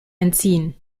entziehen